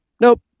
Nope